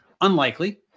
Unlikely